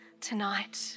tonight